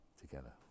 together